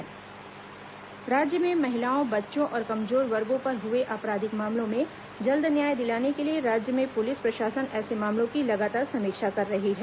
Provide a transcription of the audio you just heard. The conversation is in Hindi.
चिन्हित अपराध योजना राज्य में महिलाओं बच्चों और कमजोर वर्गों पर हुए आपराधिक मामलों में जल्द न्याय दिलाने के लिए राज्य में पुलिस प्रशासन ऐसे मामलों की लगातार समीक्षा कर रही है